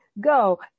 go